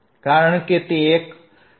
કારણ કે તે એક ઇનવર્ટીંગ એમ્પ્લીફાયર છે